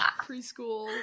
preschool